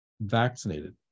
vaccinated